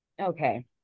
Okay